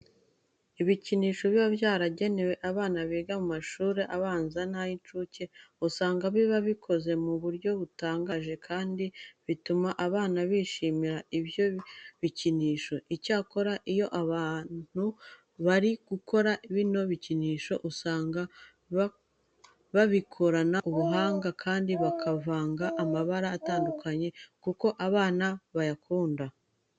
Ibikinisho biba byaragenewe abana biga mu mashuri abanza n'ay'incuke usanga biba bikoze mu buryo butangaje kandi bituma abana bishimira ibyo bikinisho. Icyakora iyo abantu bari gukora bino bikinisho usanga babikorana ubuhanga kandi bakavanga amabara atandukanye kuko abana bayakunda.